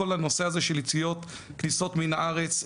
כל הנושא הזה של יציאות כניסות מן הארץ,